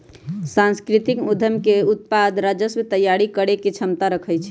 सांस्कृतिक उद्यम के उत्पाद राजस्व तइयारी करेके क्षमता रखइ छै